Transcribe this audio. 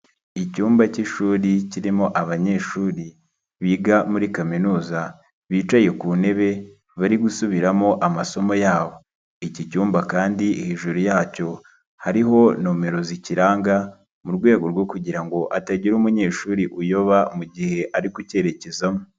Icyumba cy'ishuri kirimo abanyeshuri biga muri Kaminuza bicaye ku ntebe, bari gusubiramo amasomo yabo. Iki cyumba kandi hejuru yacyo hariho nomero zikiranga, mu rwego rwo kugira ngo hatagira umunyeshuri uyoba mugihe ari kucyerekezamo.